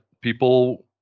people